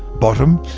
bottom,